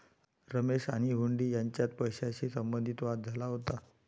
रमेश आणि हुंडी यांच्यात पैशाशी संबंधित वाद झाला होता